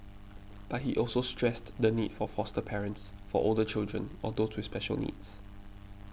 but he also stressed the need for foster parents for older children or those with special needs